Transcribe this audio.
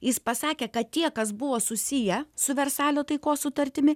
jis pasakė kad tie kas buvo susiję su versalio taikos sutartimi